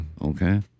okay